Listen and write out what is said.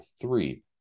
three